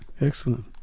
excellent